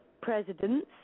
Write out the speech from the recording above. presidents